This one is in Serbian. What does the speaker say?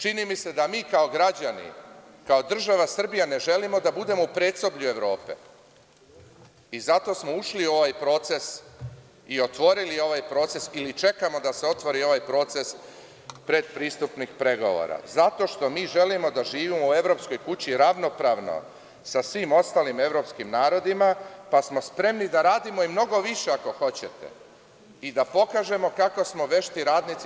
Čini mi se da mi kao građani, kao država Srbija ne želimo da budemo u predsoblju Evrope i zato smo ušli u ovaj proces i otvorili ovaj proces ili čekamo da se otvori ovaj proces predpristupnih pregovora zato što mi želimo da živimo u evropskoj kući ravnopravno sa svim ostalim evropskim narodima, pa smo spremni da radimo i mnogo više ako hoćete i da pokažemo kako smo vešti radnici.